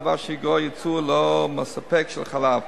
דבר שיגרור ייצור לא מספק של חלב.